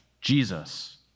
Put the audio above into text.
Jesus